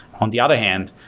on the other hand,